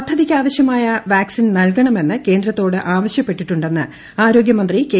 പദ്ധതിയ്ക്കാവശ്യമായ vaccine നൽകണമെന്ന് കേന്ദ്രത്തോട് ആവശ്യപ്പെട്ടിട്ടുണ്ടെന്ന് ആരോഗ്യമന്ത്രി കെ